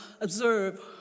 observe